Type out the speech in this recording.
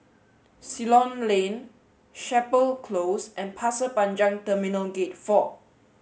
Ceylon Lane Chapel Close and Pasir Panjang Terminal Gate four